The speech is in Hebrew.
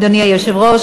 אדוני היושב-ראש,